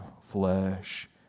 flesh